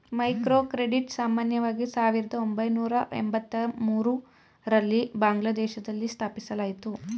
microcredit ಸಾಮಾನ್ಯವಾಗಿ ಸಾವಿರದ ಒಂಬೈನೂರ ಎಂಬತ್ತಮೂರು ರಲ್ಲಿ ಬಾಂಗ್ಲಾದೇಶದಲ್ಲಿ ಸ್ಥಾಪಿಸಲಾಯಿತು